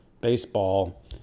baseball